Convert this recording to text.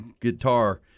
guitar